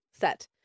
set